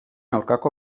aurkako